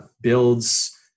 builds